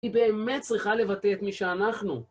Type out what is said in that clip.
היא באמת צריכה לבטא את מי שאנחנו.